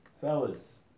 fellas